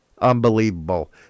Unbelievable